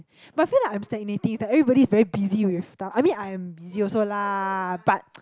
but I feel like I'm stagnating there everybody is very busy with stuff I mean I'm busy also lah but